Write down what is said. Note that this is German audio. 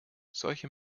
solche